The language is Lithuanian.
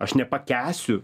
aš nepakęsiu